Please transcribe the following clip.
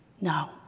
No